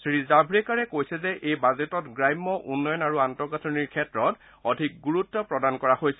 শ্ৰীজাভেকাৰে কৈছে যে এই বাজেটত গ্ৰাম্য উন্নয়ন আৰু আন্তঃগাঁথনিৰ ক্ষেত্ৰত অধিক গুৰুত্ব প্ৰদান কৰা হৈছে